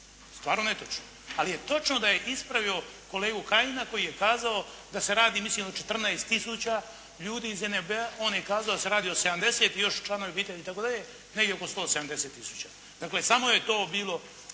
stvarno netočno. Ali je točno da je ispravio kolegu Kajina koji je kazao da se radi mislim o 14 tisuća ljudi iz NOB-a, on je kazao da se radi o 70 i još članovi obitelji itd. negdje oko 170 tisuća. Dakle samo je to bilo